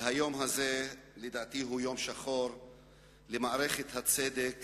והיום הזה, לדעתי, הוא יום שחור למערכת הצדק